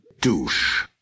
douche